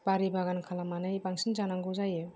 बारि बागान खालामनानै बांसिन जानांगौ जायो